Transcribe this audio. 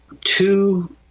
two